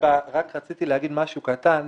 רק רציתי להגיד משהו קטן.